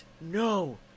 no